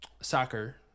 soccer